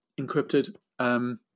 encrypted